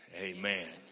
Amen